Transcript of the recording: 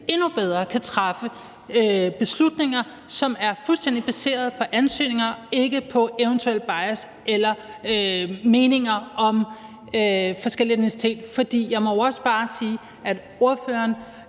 endnu bedre kan træffe beslutninger, som er fuldstændig baseret på ansøgninger og ikke på eventuelle bias eller meninger om forskellige etniciteter. Jeg må jo også bare sige, at spørgeren